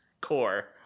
core